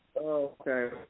Okay